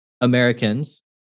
Americans